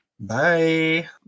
Bye